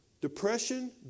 Depression